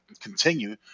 continue